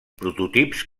prototips